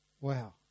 Wow